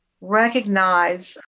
recognize